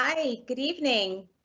i mean good evening.